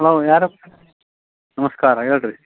hello ಯಾರು ನಮಸ್ಕಾರ ಹೇಳಿ ರಿ